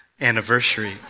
anniversary